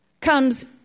comes